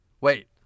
Wait